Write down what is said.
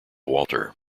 walter